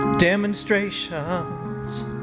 demonstrations